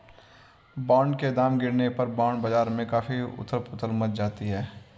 bond के दाम गिरने पर बॉन्ड बाजार में काफी उथल पुथल मच जाती है